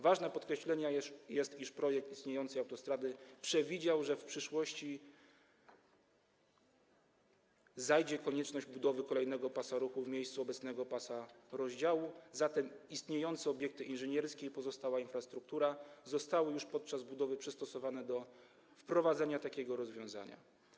Ważne, warte podkreślenia jest to, iż projekt istniejącej autostrady przewidział, że w przyszłości zajdzie konieczność budowy kolejnego pasa ruchu w miejscu obecnego pasa rozdziału, zatem istniejące obiekty inżynierskie i pozostała infrastruktura zostały już podczas budowy przystosowane do wprowadzenia takiego rozwiązania.